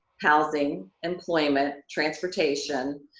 housing, employment, transportation,